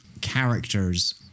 characters